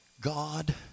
God